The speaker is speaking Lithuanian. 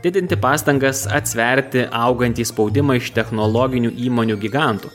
didinti pastangas atsverti augantį spaudimą iš technologinių įmonių gigantų